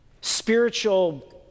spiritual